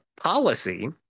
policy